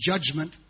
judgment